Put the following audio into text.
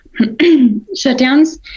shutdowns